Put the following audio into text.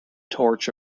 torch